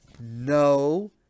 No